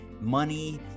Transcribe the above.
money